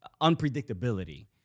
unpredictability